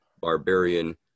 barbarian